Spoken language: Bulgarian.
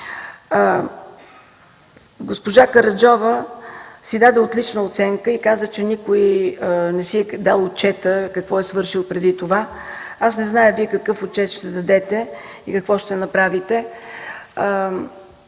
Госпожа Караджова си даде отлична оценка и каза, че никой не си е дал отчета какво е свършил преди това. Аз не зная Вие какъв отчет ще дадете и какво ще направите.